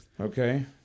Okay